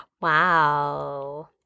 Wow